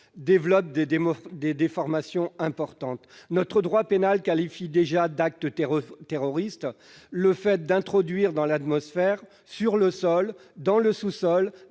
développent des malformations importantes. Notre droit pénal qualifie déjà d'acte terroriste « le fait d'introduire dans l'atmosphère, sur le sol, dans le sous-sol,